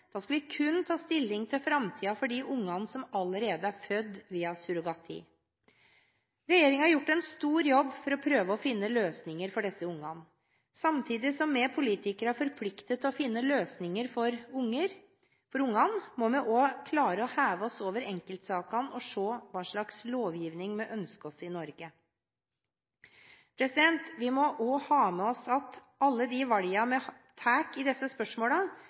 skal vi kun ta stilling til framtiden for de ungene som allerede er født via surrogati. Regjeringen har gjort en stor jobb for å prøve å finne løsninger for disse ungene. Samtidig som vi politikere er forpliktet til å finne løsninger for ungene, må vi også klare å heve oss over enkeltsakene og se på hva slags lovgivning vi ønsker oss i Norge. Vi må også ha med oss at alle de valgene vi tar i disse